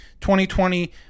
2020